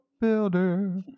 Builder